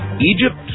Egypt